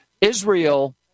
Israel